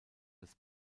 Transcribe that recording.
des